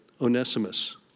Onesimus